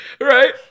Right